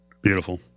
Beautiful